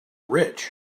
rich